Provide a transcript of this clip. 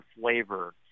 flavor